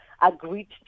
agreed